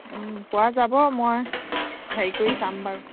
পোৱা যাব মই হেৰি কৰি চাম বাৰু